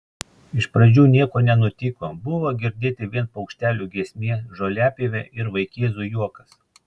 iš pradžių nieko nenutiko buvo girdėti vien paukštelių giesmė žoliapjovė ir vaikėzų juokas